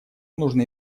нужно